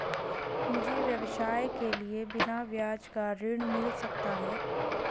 मुझे व्यवसाय के लिए बिना ब्याज का ऋण मिल सकता है?